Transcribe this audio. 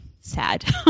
sad